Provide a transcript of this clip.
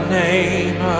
name